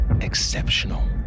exceptional